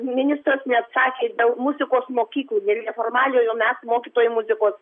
ministras neatsakė dėl muzikos mokyklų ir neformaliojo mes mokytojai muzikos